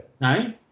No